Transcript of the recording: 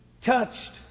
Touched